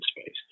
space